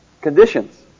Conditions